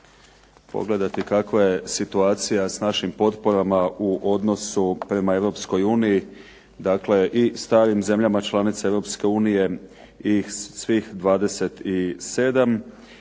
pogledati kakva je situacija s našim potporama u odnosu prema Europskoj uniji, dakle i starim zemljama članicama Europske